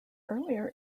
earlier